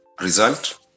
result